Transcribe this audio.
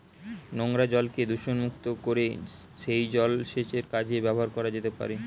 নোংরা জলকে দূষণমুক্ত করে সেই জল সেচের কাজে ব্যবহার করা যেতে পারে